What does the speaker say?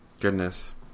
Goodness